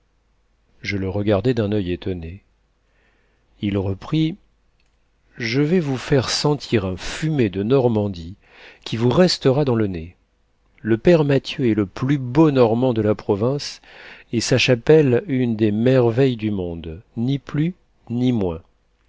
je le regardai d'un oeil étonné il reprit je vais vous faire sentir un fumet de normandie qui vous restera dans le nez le père mathieu est le plus beau normand de la province et sa chapelle une des merveilles du monde ni plus ni moins